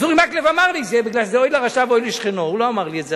אז אורי מקלב אמר לי שזה "אוי לרשע ואוי לשכנו"; הוא לא אמר לי את זה,